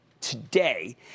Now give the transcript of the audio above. today